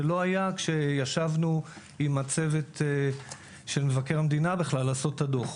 זה לא היה כשישבנו עם הצוות של מבקר המדינה כדי לעשות את הדוח.